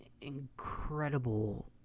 incredible